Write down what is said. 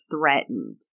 threatened